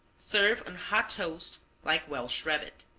serve on hot toast, like welsh rabbit.